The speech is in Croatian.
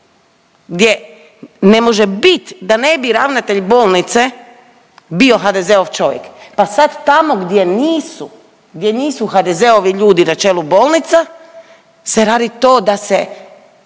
gdje ne može bit da ne bi ravnatelj bolnice bio HDZ-ov čovjek pa sad tamo gdje nisu, gdje nisu HDZ-ovi ljudi na čelu bolnica se radi to da se